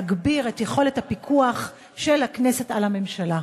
להגביר את יכולת הפיקוח של הכנסת על הממשלה.